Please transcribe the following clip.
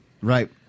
right